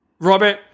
Robert